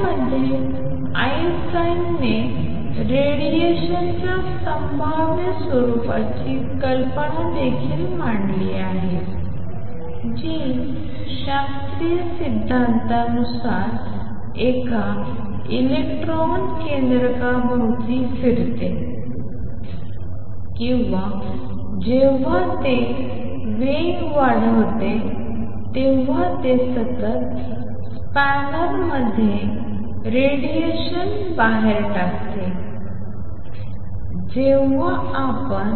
या मध्ये आइन्स्टाईन ने रेडिएशन च्या संभाव्य स्वरूपाची कल्पना देखील मांडली आहे जी शास्त्रीय सिद्धांतता नुसार एका इलेक्ट्रॉन केंद्रकाभोवती फिरते किंवा जेव्हा ते वेग वाढवते तेव्हा ते सतत स्पॅनर मध्ये रेडिएशन बाहेर टाकते जेव्हा आपण